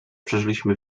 przeżyliśmy